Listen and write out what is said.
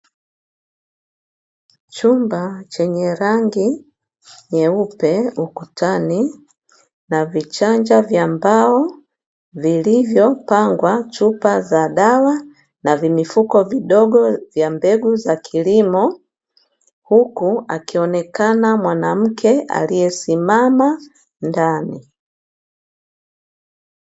Chumba chenye rangi nyeupe ukutani na vichanja vya mbao vilivyopangwa chupa za dawa na vimifuko vidogo vya mbegu za kilimo huku akionekana mwanamke aliyesimama ndani.